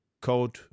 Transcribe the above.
code